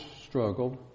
struggled